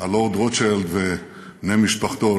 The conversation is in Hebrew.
הלורד רוטשילד ובני משפחתו.